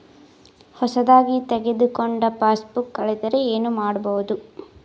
ಹೊಸದಾಗಿ ತೆಗೆದುಕೊಂಡ ಪಾಸ್ಬುಕ್ ಕಳೆದರೆ ಏನು ಮಾಡೋದು?